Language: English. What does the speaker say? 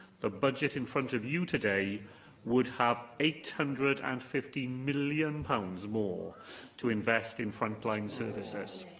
the budget in front of you today would have eight hundred and fifty million pounds more to invest in front-line services.